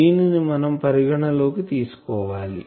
దీని మనం పరిగణన లోకి తీసుకోవాలి